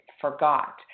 forgot